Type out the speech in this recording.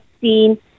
seen